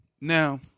Now